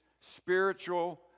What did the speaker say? spiritual